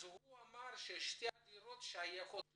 אז הוא אמר ששתי הדירות שייכות לו?